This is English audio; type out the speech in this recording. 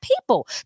people